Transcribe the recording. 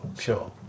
Sure